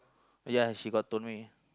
ya she got to me